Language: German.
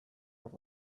auf